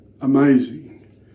amazing